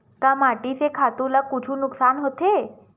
का माटी से खातु ला कुछु नुकसान होथे?